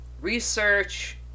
research